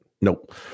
Nope